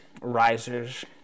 risers